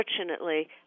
unfortunately